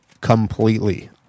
completely